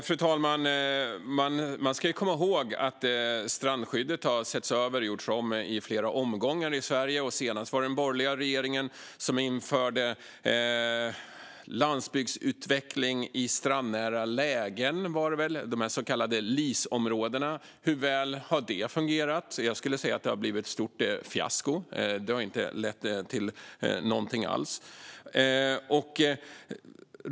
Fru talman! Man ska komma ihåg att strandskyddet har setts över och gjorts om i flera omgångar. Senast var det den borgerliga regeringen som införde landsbygdsutveckling i strandnära lägen, de så kallade LIS-områdena. Hur väl har det fungerat? Jag skulle vilja säga att det har blivit ett stort fiasko. Det har inte lett till något alls.